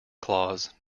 claus